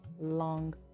long